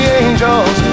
angels